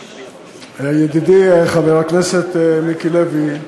ידידי חבר הכנסת מיקי לוי,